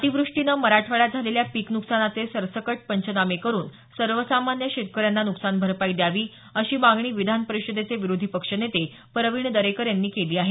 अतिवृष्टीनं मराठवाड्यात झालेल्या पीक नुकसानाचे सरसकट पंचनामे करून सर्वसामान्य शेतकऱ्यांना नुकसान भरपाई द्यावी अशी मागणी विधान परिषदेचे विरोधी पक्षनेते प्रवीण दरेकर यांनी यांनी केली आहे